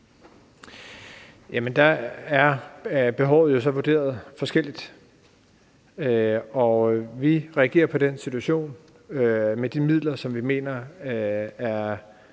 behovet jo så vurderet forskelligt, og vi reagerer på den situation med de midler, som vi mener er